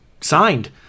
signed